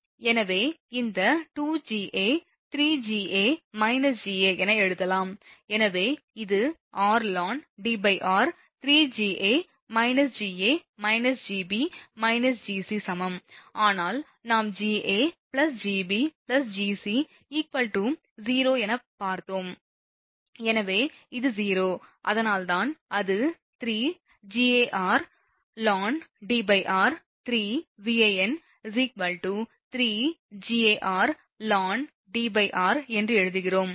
எனவே இந்த 2Ga 3Ga Ga என எழுதலாம் எனவே இது r ln Dr3Ga − Ga − Gb − Gc சமம் ஆனால் நாம் Ga Gb Gc 0 என பார்த்தோம் எனவே இது 0 அதனால்தான் அது 3Gar ln Dr 3Van 3 Gar ln Dr என்று எழுதுகிறோம்